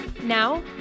Now